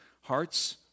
Hearts